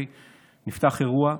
נפתח אירוע,